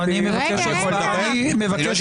פשוט כוחני, אלים --- למה זה